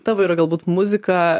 tavo yra galbūt muzika